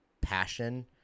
passion